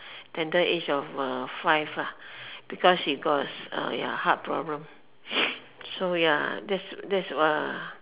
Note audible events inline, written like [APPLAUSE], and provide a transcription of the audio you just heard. tender age of uh five ah because she got uh ya heart problem [NOISE] so ya that that's uh